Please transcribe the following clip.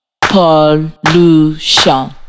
Pollution